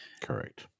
Correct